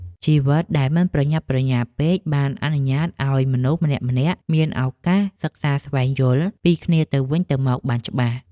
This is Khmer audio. ជីវិតដែលមិនប្រញាប់ប្រញាល់ពេកបានអនុញ្ញាតឱ្យមនុស្សម្នាក់ៗមានឱកាសសិក្សាស្វែងយល់ពីគ្នាទៅវិញទៅមកបានច្បាស់។